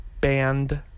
Band